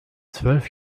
zwölf